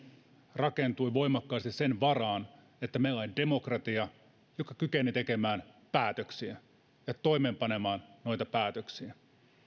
rakentui voimakkaasti sen varaan että meillä oli demokratia joka kykeni tekemään päätöksiä ja toimeenpanemaan noita päätöksiä